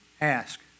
ask